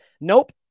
nope